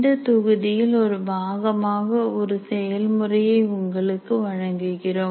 இந்த தொகுதியில் ஒரு பாகமாக ஒரு செயல்முறையை உங்களுக்கு வழங்குகிறோம்